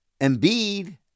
Embiid